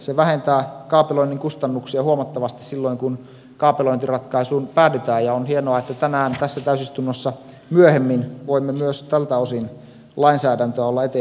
se vähentää kaapeloinnin kustannuksia huomattavasti silloin kun kaapelointiratkaisuun päädytään ja on hienoa että tänään tässä täysistunnossa myöhemmin voimme myös tältä osin lainsäädäntöä olla eteenpäin viemässä